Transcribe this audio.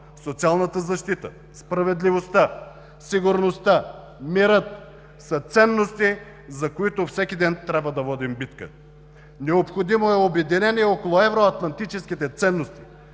социалната защита, справедливостта, сигурността, мирът са ценности, за които всеки ден трябва да водим битка. Необходимо е обединение около евроатлантическите ценности,